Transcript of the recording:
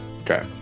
Okay